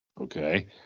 Okay